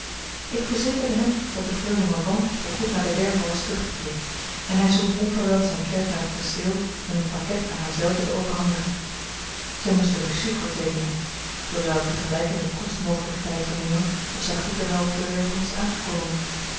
ik verzekerde hem dat de freule mordaunt voorgoed naar de werve was teruggekeerd en hij zond onverwijld zijn klerk naar het kasteel om het pakket aan haar zelve te overhandigen zij moest er reçu voor teekenen zoo zou ik tegelijk in den kortst mogelijken tijd vernemen of zij goed en wel op de werve was aangekomen